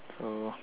so